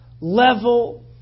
level